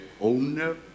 owner